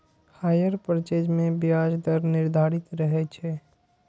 hire purchase मे ब्याज दर निर्धारित रहै छै